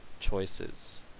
choices